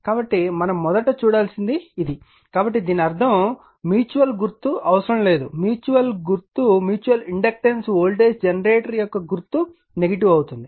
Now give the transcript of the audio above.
కాబట్టి మనం మొదట చూడవలసింది ఇది కాబట్టి దీని అర్థం మ్యూచువల్ గుర్తు అవసరం లేదు మ్యూచువల్ ఇండక్టెన్స్ వోల్టేజ్ జనరేటర్ యొక్క గుర్తు నెగిటివ్ అవుతుంది